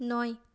নয়